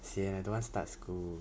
sian I don't want start school